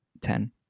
ten